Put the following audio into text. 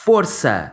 Força